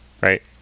Right